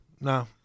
No